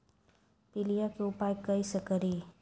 पीलिया के उपाय कई से करी?